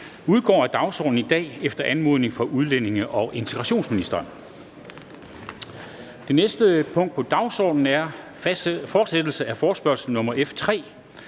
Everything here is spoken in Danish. udgår af dagsordenen i dag efter anmodning fra udlændinge- og integrationsministeren. --- Det første punkt på dagsordenen er: 1) Fortsættelse af forespørgsel nr.